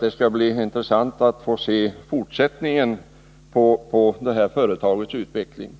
Det skall bli intressant att se fortsättningen på det här företagets utveckling.